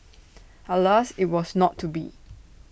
alas IT was not to be